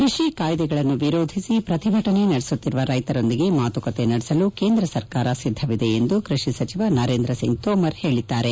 ಕೃಷಿ ಕಾಯ್ದೆಗಳನ್ನು ವಿರೋಧಿಸಿ ಪ್ರತಿಭಟನೆ ನಡೆಸುತ್ತಿರುವ ರೈತರೊಂದಿಗೆ ಮಾತುಕತೆ ನಡೆಸಲು ಕೇಂದ್ರ ಸರ್ಕಾರ ಸಿದ್ದವಿದೆ ಎಂದು ಕೃಷಿ ಸಚಿವ ನರೇಂದ್ರ ಸಿಂಗ್ ತೋಮರ್ ಹೇಳಿದ್ದಾರೆ